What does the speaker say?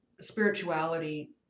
spirituality